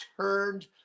turned